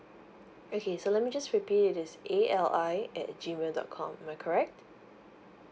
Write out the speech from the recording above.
okay so let me just repeat is A L I at G mail dot com am I correct